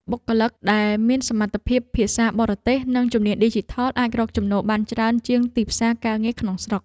បុគ្គលិកដែលមានសមត្ថភាពភាសាបរទេស និងជំនាញឌីជីថលអាចរកចំណូលបានច្រើនជាងទីផ្សារការងារក្នុងស្រុក។